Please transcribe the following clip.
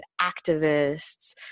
activists